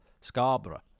Scarborough